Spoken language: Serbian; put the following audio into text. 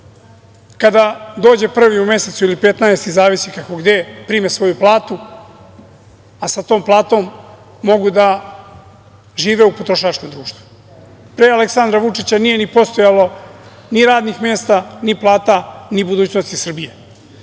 kada dođe prvi u mesecu ili 15. zavisi kako gde, prime svoju platu, a sa tom platu mogu da žive u potrošačkom društvu. Pre Aleksandra Vučića nije postojalo ni radnih mesta, ni plata, ni budućnosti Srbije.